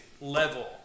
level